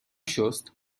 شست